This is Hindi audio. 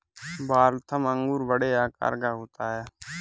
वाल्थम अंगूर बड़े आकार का होता है